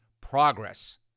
progress